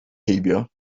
heibio